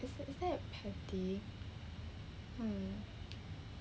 is is that petty hmm